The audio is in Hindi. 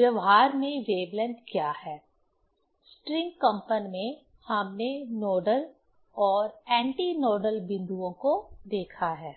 व्यवहार में वेवलेंथ क्या है स्ट्रिंग कंपन में हमने नोडल और एंटी नोडल बिंदुओं को देखा है